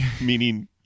meaning